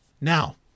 now